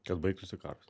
kad baigtųsi karas